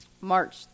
March